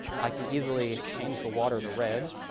i can easily change the water to red,